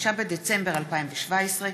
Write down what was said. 6 בדצמבר 2017,